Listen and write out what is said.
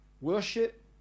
worship